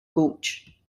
gulch